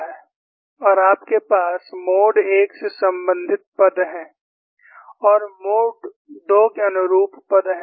और आपके पास मोड 1 से संबंधित पद हैं और मोड 2 के अनुरूप पद हैं